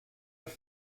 have